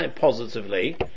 positively